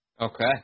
Okay